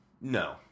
No